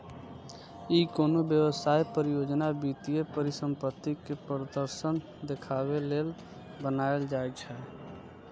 ई कोनो व्यवसाय, परियोजना, वित्तीय परिसंपत्ति के प्रदर्शन देखाबे लेल बनाएल जाइ छै